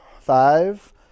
Five